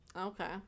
Okay